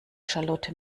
charlotte